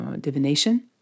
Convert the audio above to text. divination